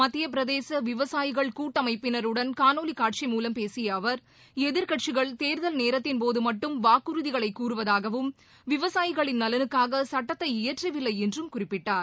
மத்தியப்பிரதேச விவசாயிகள் கூட்டமைப்பினருடன் காணொலி காட்சி மூவம் பேசிய அவர் எதிர்க்கட்சிகள் தேர்தல் நேரத்தின்போது மட்டும் வாக்குறுதிகளை கூறுவதாகவும் விவசாயிகளின் நலனுக்காக சட்டத்தை இயற்றவில்லை என்றும் குறிப்பிட்டார்